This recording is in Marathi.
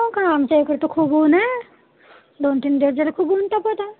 हो का आमच्या इकडे तर खूप ऊन्ह आहे दोन तीन दिवस झाले खूप ऊन्ह तापतंय